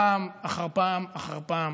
פעם אחר פעם אחר פעם,